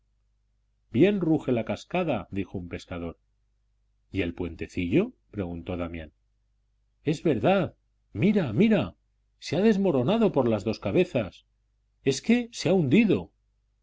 bien ruge la cascada dijo un pescador y el puentecillo preguntó damián es verdad mira mira se ha desmoronado por las dos cabezas es que se ha hundido